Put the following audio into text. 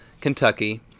Kentucky